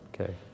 Okay